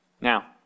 Now